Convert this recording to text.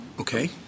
Okay